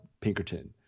Pinkerton